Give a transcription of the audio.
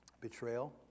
Betrayal